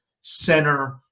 center